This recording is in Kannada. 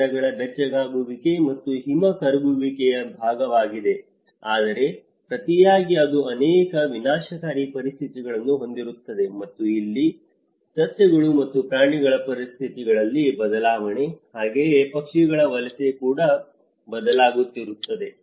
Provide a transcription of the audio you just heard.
ಸಾಗರಗಳ ಬೆಚ್ಚಗಾಗುವಿಕೆ ಮತ್ತು ಹಿಮ ಕರಗುವಿಕೆಯ ಭಾಗವಾಗಿದೆ ಆದರೆ ಪ್ರತಿಯಾಗಿ ಇದು ಅನೇಕ ವಿನಾಶಕಾರಿ ಪರಿಸ್ಥಿತಿಗಳನ್ನು ಹೊಂದಿರುತ್ತದೆ ಮತ್ತು ಇಲ್ಲಿ ಸಸ್ಯಗಳು ಮತ್ತು ಪ್ರಾಣಿಗಳ ಪರಿಸ್ಥಿತಿಗಳಲ್ಲಿ ಬದಲಾವಣೆ ಹಾಗೆಯೇ ಪಕ್ಷಿಗಳ ವಲಸೆ ಕೂಡ ಬದಲಾಗುತ್ತಿರುತ್ತದೆ